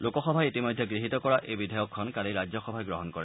লোকসভাই ইতিমধ্যে গৃহীত কৰা এই বিধেয়কখন কালি ৰাজ্যসভাই গ্ৰহণ কৰে